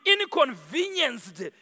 inconvenienced